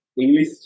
English